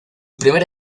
primera